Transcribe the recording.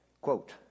Quote